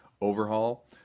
overhaul